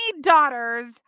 daughters